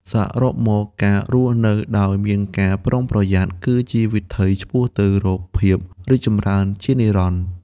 សរុបមក ការរស់នៅដោយមានការប្រុងប្រយ័ត្ន គឺជាវិថីឆ្ពោះទៅរកភាពរីកចម្រើនជានិរន្តរ៍។